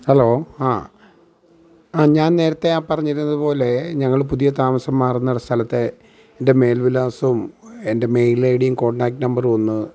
hello ആ ഞാൻ നേരത്തെ ആ പറഞ്ഞിരുന്നതു പോലെ ഞങ്ങൾ പുതിയ താമസം മാറുന്ന സ്ഥലത്തെ എൻ്റെ മേൽവിലാസവും എൻ്റെ മെയിൽ ഐ ഡിയും കോൺടാക്ട് നമ്പറും ഒന്ന്